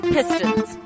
Pistons